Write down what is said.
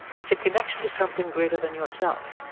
it's a connection to something greater than yourself.